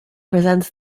presents